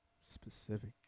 Specific